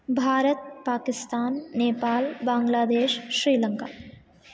Bharat Pakistan Nepal Bangladesh Sri Lanka